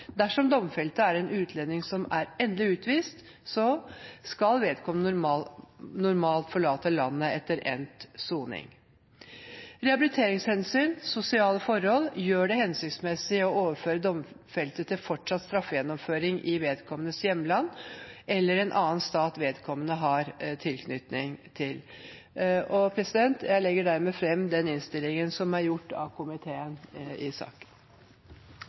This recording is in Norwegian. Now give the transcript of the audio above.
Dersom domfelte er en utlending som er endelig utvist, skal vedkommende normalt forlate landet etter endt soning. Rehabiliteringshensyn og sosiale forhold gjør det hensiktsmessig å overføre domfelte til fortsatt straffegjennomføring i vedkommendes hjemland eller en annen stat vedkommende har tilknytning til. Jeg anbefaler dermed den innstillingen som er gjort av komiteen i saken.